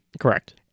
Correct